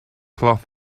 cloth